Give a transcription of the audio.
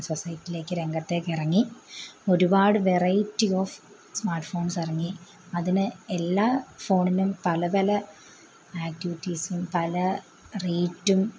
സൊസൈറ്റിയിലേക്ക് രംഗത്തേക്കിറങ്ങി ഒരുപാട് variety of smart ഫോൺസിറങ്ങി അതിന് എല്ലാ ഫോണിനും പല പല ആക്ടിവിറ്റീസും പല റേറ്റും